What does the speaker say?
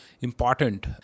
important